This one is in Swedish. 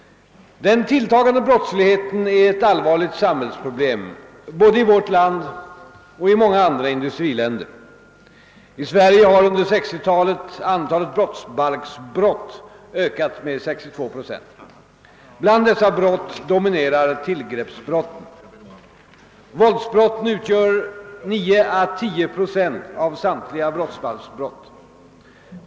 Den tilltagande brottsligheten är ett allvarligt samhällsproblem både i vårt land och i många andra industriländer. I Sverige har under 1960-talet antalet brottsbalksbrott ökat med 62 procent. Bland dessa brott dominerar tillgreppsbrotten. Våldsbrotten utgör 9 å 10 procent av samtliga brottsbalksbrott.